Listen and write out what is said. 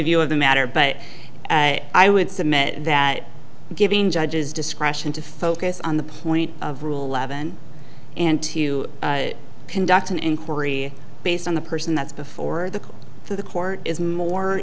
view of the matter but i would submit that giving judge's discretion to focus on the point of rule eleven and to conduct an inquiry based on the person that's before the court for the court is more